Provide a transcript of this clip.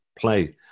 play